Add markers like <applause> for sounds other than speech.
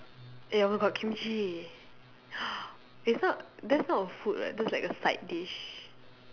eh oh my god kimchi <noise> it's not that's not a food right that's like a side dish